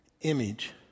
image